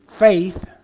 faith